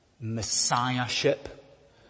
messiahship